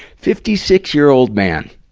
fifty-six-year-old man.